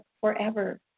forever